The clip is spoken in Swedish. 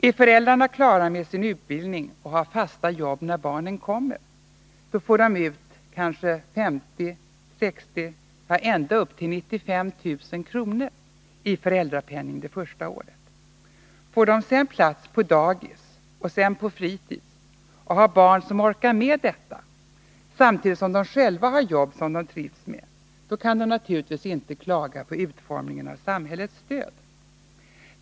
Är föräldrarna klara med sin utbildning och har fasta jobb när barnen kommer, får de ut kanske 50 000, 60 000, ja ända upp till 95 000 kr. i föräldrapenning det första året. Får de sedan plats på dagis och sedan fritids och har barn som orkar med detta, samtidigt som de själva har jobb som de trivs med, kan de naturligtvis inte klaga på utformningen av samhällets stöd.